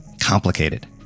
complicated